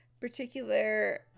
particular